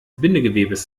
bindegewebes